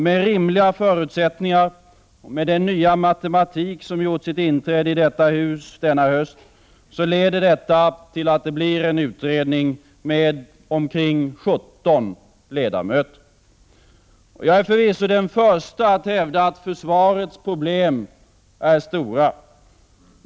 Med rimliga förutsättningar och med den nya matematik som gjort sitt inträde i detta hus denna höst leder detta till att det blir en utredning med omkring 17 ledamöter. Jag är förvisso den förste att hävda att försvarets problem är stora.